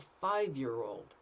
five-year-old